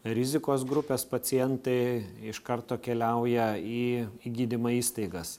rizikos grupės pacientai iš karto keliauja į į gydymo įstaigas